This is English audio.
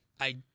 I-